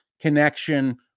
connection